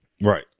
Right